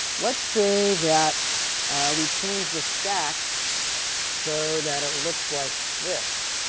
let's say that we changed the stack so that it looks like this.